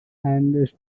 and